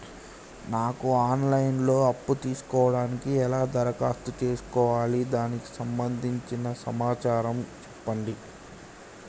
నాకు online లో అప్పు తీసుకోవడానికి ఎలా దరఖాస్తు చేసుకోవాలి దానికి సంబంధించిన సమాచారం చెప్పండి?